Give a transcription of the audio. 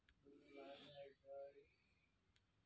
UPI कें National Payments Corporation of India विकसित केने छै